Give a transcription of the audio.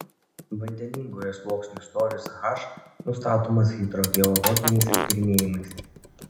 vandeningojo sluoksnio storis h nustatomas hidrogeologiniais tyrinėjimais